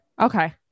Okay